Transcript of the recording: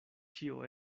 ĉio